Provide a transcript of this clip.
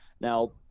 Now